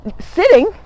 sitting